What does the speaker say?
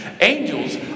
Angels